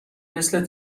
مثل